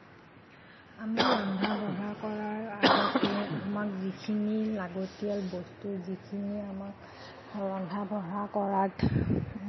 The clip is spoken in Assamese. আমি ৰন্ধা বঢ়া কৰাৰ আগতে আমাক যিখিনি লাগতিয়াল বস্তু যিখিনি আমাক ৰন্ধা বঢ়া কৰাত